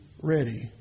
ready